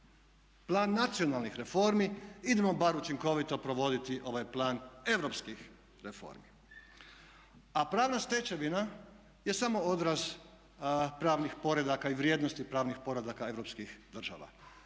Plan nacionalnih reformi idemo bar učinkovito provoditi ovaj Plan europskih reformi. A pravna stečevina je samo odraz pravnih poredaka i vrijednosti pravnih poredaka europskih država.